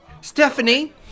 Stephanie